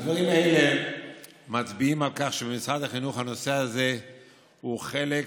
הדברים האלה מצביעים על כך שבמשרד החינוך הנושא הזה הוא חלק,